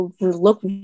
look